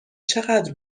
چقدر